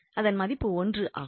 அதன் மதிப்பு 1 ஆகும்